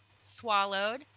Swallowed